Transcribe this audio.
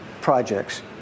projects